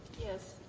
Yes